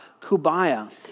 kubaya